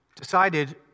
decided